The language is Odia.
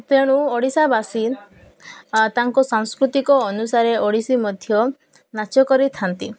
ତେଣୁ ଓଡ଼ିଶାବାସୀ ତାଙ୍କ ସାଂସ୍କୃତିକ ଅନୁସାରେ ଓଡ଼ିଶୀ ମଧ୍ୟ ନାଚ କରିଥାନ୍ତି